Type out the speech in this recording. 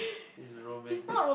is romantic